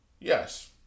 Yes